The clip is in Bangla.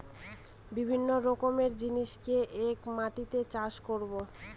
বিভিন্ন রকমের জিনিসকে এক মাটিতে চাষ করাবো